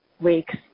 weeks